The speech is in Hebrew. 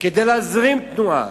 כדי להזרים תנועה,